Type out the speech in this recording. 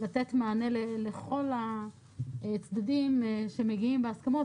לתת מענה לכל הצדדים שמגיעים בהסכמות,